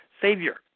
Savior